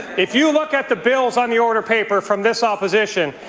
if you look at the bills on the order paper from this opposition,